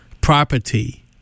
property